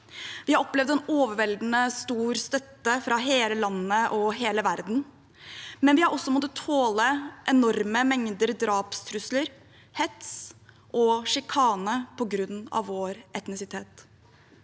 Vi har opplevd en overveldende stor støtte, fra hele landet og hele verden, men vi har også måttet tåle enorme mengder drapstrusler, hets og sjikane på grunn av vår etnisitet.